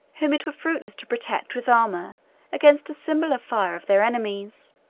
whom it were fruitless to protect with armor against a similar fire of their enemies.